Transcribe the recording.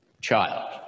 child